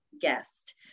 guest